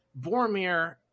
Boromir